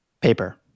Paper